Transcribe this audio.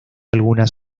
algunas